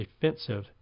defensive